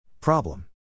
Problem